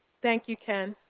thank you, ken.